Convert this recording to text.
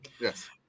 Yes